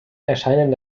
erscheinen